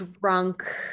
drunk